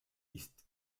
ist